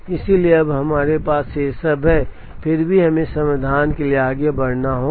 इसलिए अब हमारे पास ये सब है फिर भी हमें समाधान के लिए आगे बढ़ना होगा